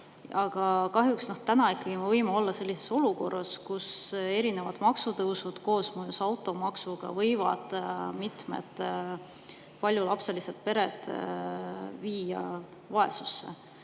Aga kahjuks täna me ikkagi võime olla sellises olukorras, kus erinevad maksutõusud koosmõjus automaksuga võivad mitmed paljulapselised pered viia vaesusse.